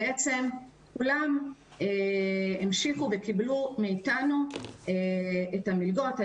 כולם המשיכו וקיבלו מאתנו את המלגות.